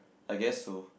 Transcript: I guess so